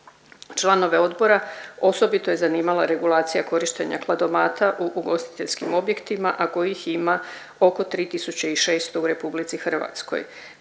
Članove odbora osobito je zanimala regulacija korištenja kladomata u ugostiteljskim objektima, a kojih ima oko 3 tisuće i 600 u RH.